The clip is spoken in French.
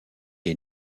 est